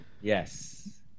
Yes